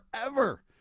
forever